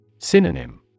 Synonym